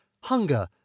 hunger